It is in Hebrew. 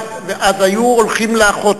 אז היו הולכים לאחות.